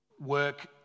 work